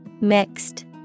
Mixed